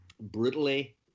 brutally